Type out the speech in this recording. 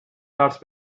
درس